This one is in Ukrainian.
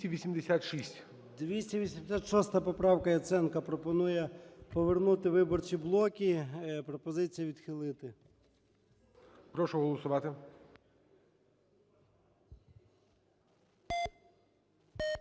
О.М. 286 поправка, Яценко, пропонує повернути виборчі блоки. Пропозиція відхилити. ГОЛОВУЮЧИЙ. Прошу голосувати.